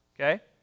okay